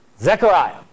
Zechariah